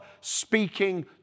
speaking